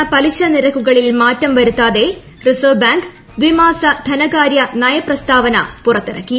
പ്രധാന പലിശനിരക്കുക്ളീൽ മാറ്റം വരുത്താതെ റിസർവ് ബാങ്ക് ദ്വിമാസ ധനക്ടാര്യ് നയ പ്രസ്താവന പുറത്തിറക്കി